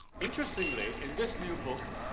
interestingly, in this new book,